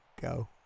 go